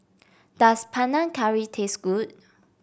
does Panang Curry taste good